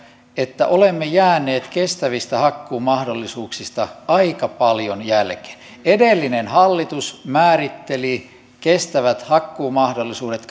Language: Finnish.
että olemme jääneet kestävistä hakkuumahdollisuuksista aika paljon jälkeen edellinen hallitus määritteli kestävät hakkuumahdollisuudet